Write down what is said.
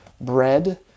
bread